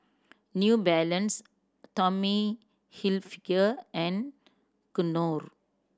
New Balance Tommy Hilfiger and Knorr